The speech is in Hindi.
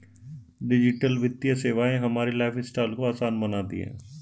डिजिटल वित्तीय सेवाएं हमारे लाइफस्टाइल को आसान बनाती हैं